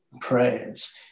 prayers